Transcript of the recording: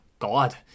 God